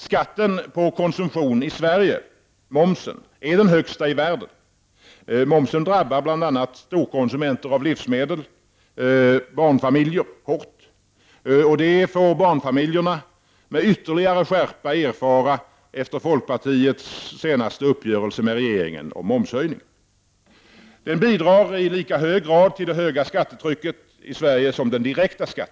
Skatten på konsumtion i Sverige, momsen, är den högsta i världen, Momsen drabbar bl.a. storkonsumenter av livsmedel hårt. Det får barnfamiljerna med ytterligare skärpa erfara efter folkpartiets senaste uppgörelse med regeringen om momshöjning. Den bidrar i lika hög grad till det höga skattetrycket i Sverige som den direkta skatten.